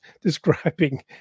describing